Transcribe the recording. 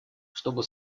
чтобы